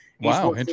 Wow